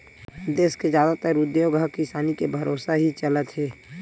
देस के जादातर उद्योग ह किसानी के भरोसा ही चलत हे